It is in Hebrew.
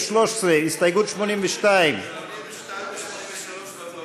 13, הסתייגות 82. 82 ו-83,